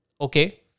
okay